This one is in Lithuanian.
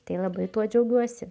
tai labai tuo džiaugiuosi